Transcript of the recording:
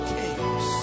kings